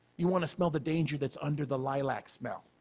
you want to smell the danger that's under the lilacs smell.